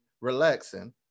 relaxing